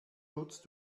nutzt